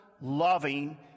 loving